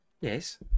Yes